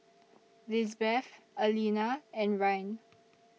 Lisbeth Allena and Ryne